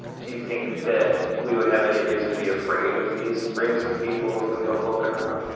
do you think that we would have any reason to be afraid of these rings of people if we go poking around?